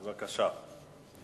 בבקשה.